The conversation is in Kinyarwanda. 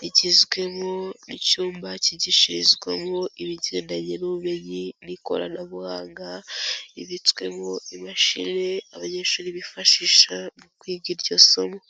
rigezwemo n'icyumba cyigishirizwamo ibigendanye n'ubumenyi n'ikoranabuhanga ribitswemo imashini abanyeshuri bifashisha mu kwiga iryo somo.